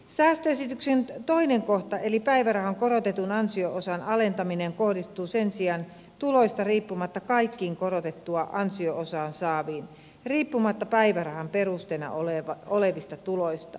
säästöesityksen toinen kohta eli päivärahan korotetun ansio osan alentaminen kohdistuu sen sijaan tuloista riippumatta kaikkiin korotettua ansio osaa saaviin riippumatta päivärahan perusteena olevista tuloista